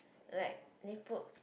like they put